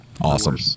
Awesome